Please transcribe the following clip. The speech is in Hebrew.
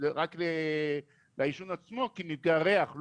רק לעישון עצמו כמפגע ריח.